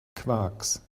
quarks